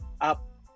up